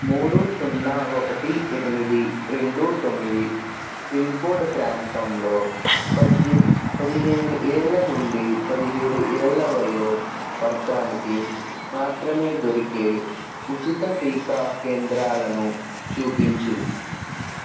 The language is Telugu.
మూడు సున్నా ఒకటి ఎనిమిది రెండు తొమ్మిది పిన్కోడ్ ప్రాంతంలో పజ్జె పదిహేను ఏళ్ళ నుండి పదిహేడు ఏళ్ళ వయో వర్గానికి మాత్రమే దొరికే ఉచిత టీకా కేంద్రాలను చూపించు